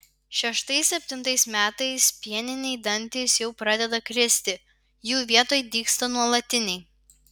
šeštais septintais metais pieniniai dantys jau pradeda kristi jų vietoj dygsta nuolatiniai